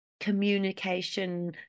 Communication